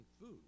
food